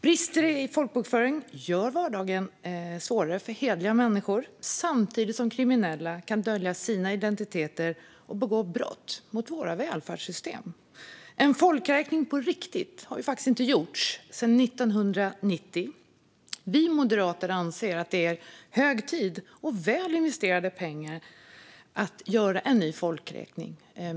Brister i folkbokföringen gör vardagen svårare för hederliga människor, samtidigt som kriminella kan dölja sina identiteter och begå brott mot våra välfärdssystem. En folkräkning har faktiskt inte gjorts på riktigt sedan 1990. Vi moderater anser att det är hög tid och väl investerade pengar att göra en ny folkräkning.